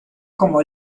como